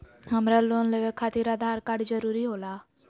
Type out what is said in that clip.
हमरा लोन लेवे खातिर आधार कार्ड जरूरी होला?